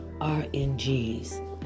RNGs